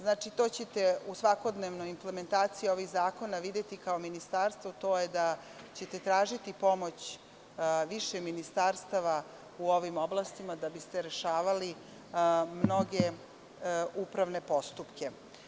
Znači, to ćete u svakodnevnoj implementaciji ovih zakona videti, a to je da ćete tražiti pomoć više ministarstava u ovim oblastima da biste rešavali mnoge upravne postupke.